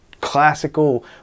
classical